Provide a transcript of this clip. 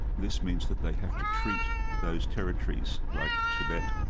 this means that they'd have to treat those territories like tibet,